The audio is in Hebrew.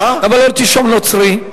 למה לא תרשום נוצרי?